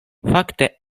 fakte